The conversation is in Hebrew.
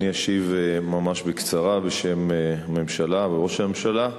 אני אשיב ממש בקצרה בשם הממשלה וראש הממשלה.